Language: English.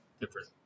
different